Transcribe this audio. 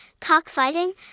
cockfighting